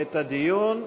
את הדיון.